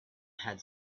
had